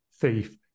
thief